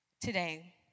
today